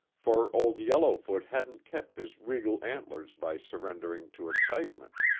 for old yellowfoot hadn't kept his regal antlers by surrendering to excitement.